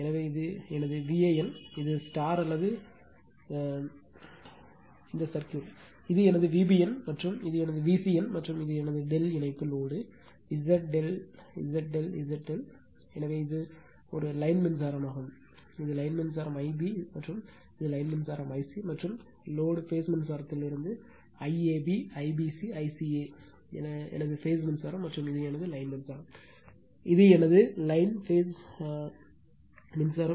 எனவே இது எனது Van இது அல்லது இந்த சர்க்யூட் இது எனது Vbn மற்றும் இது எனது Vcn மற்றும் இது எனது ∆ இணைப்பு லோடு Z ∆ Z ∆ Z ∆ எனவே இது ஒரு லைன் மின்சாரமாகும் இது இது லைன் மின்சாரம் Ib மற்றும் இது லைன் மின்சாரம் I c மற்றும் லோடு பேஸ் மின்சாரத்தில் இது IABIBCICA எனது பேஸ் மின்சாரம் மற்றும் இது எனது லைன் மின்சாரம் இது எனது லைன் பேஸ் மின்சாரம்